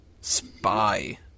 Spy